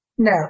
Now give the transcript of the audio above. No